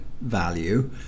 value